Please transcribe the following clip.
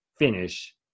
finish